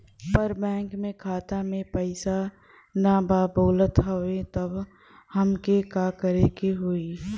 पर बैंक मे खाता मे पयीसा ना बा बोलत हउँव तब हमके का करे के होहीं?